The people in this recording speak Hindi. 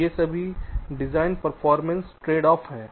तो ये सभी डिज़ाइन परफॉरमेंस ट्रेडऑफ़ हैं